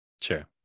sure